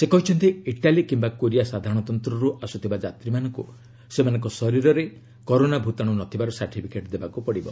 ସେ କହିଛନ୍ତି ଇଟାଲୀ କିମ୍ବା କୋରିଆ ସାଧାରଣତନ୍ତ୍ରରୁ ଆସୁଥିବା ଯାତ୍ରୀମାନଙ୍କୁ ସେମାନଙ୍କ ଶରୀରରେ କରୋନା ଭୂତାଣୁ ନଥିବାର ସାର୍ଟିଫିକେଟ୍ ଦେବାକୁ ପଡ଼ିବ